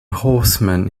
horseman